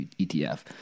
ETF